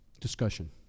discussion